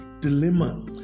dilemma